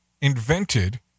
invented